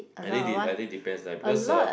I think I think depends lah because uh